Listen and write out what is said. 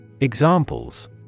Examples